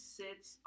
sits